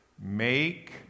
make